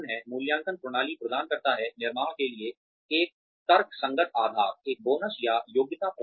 मूल्यांकन प्रणाली प्रदान करता है निर्माण के लिए एक तर्कसंगत आधार एक बोनस या योग्यता प्रणाली